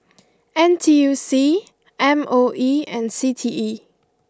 N T U C M O E and C T E